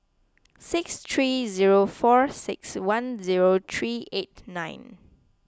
six three zero four six one zero three eight nine